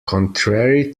contrary